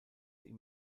ihm